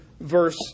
verse